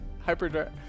hyperdrive